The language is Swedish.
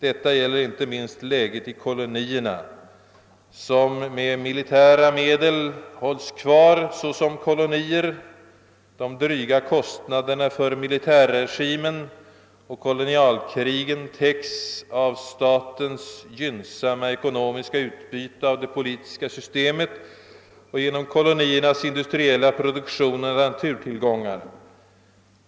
Detta gäller inte minst läget i kolonierna, som med militära medel hålls kvar såsom kolonier. De dryga kostnaderna för militärregimen och kolonialkrigen täcks av denna stats gynnsamma ekonomiska utbyte av det politiska systemet och koloniernas industriella produktion och naturtillgångar.